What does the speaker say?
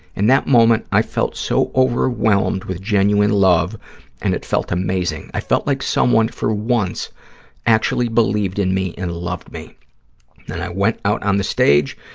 and that moment, i felt so overwhelmed with genuine love and it felt amazing. i felt like someone for once actually believed in me and loved. and i went out on the stage,